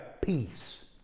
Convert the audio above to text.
peace